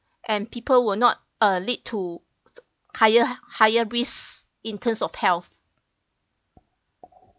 and people will not uh lead to higher higher risks in terms of health